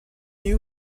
you